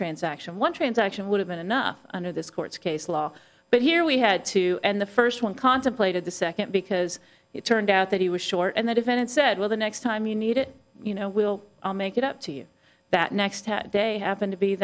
transaction one transaction would have been enough under this court's case law but here we had two and the first one contemplated the second because it turned out that he was short and the defendant said well the next time you need it you know we'll make it up to you that next ten day happened to be